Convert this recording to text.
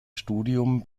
studium